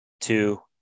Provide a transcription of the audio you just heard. Two